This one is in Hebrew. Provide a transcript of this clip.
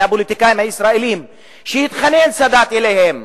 והפוליטיקאים הישראלים האחרים שסאדאת התחנן אליהם,